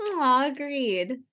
Agreed